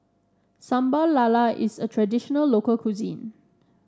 Sambal Lala is a traditional local cuisine